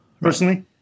personally